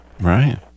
Right